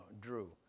drew